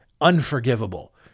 unforgivable